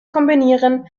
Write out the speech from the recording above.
kombinieren